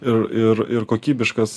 ir ir ir kokybiškas